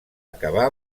acabar